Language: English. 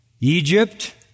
Egypt